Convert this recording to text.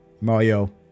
Mario